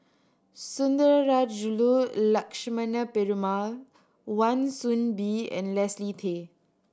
Sundarajulu Lakshmana Perumal Wan Soon Bee and Leslie Tay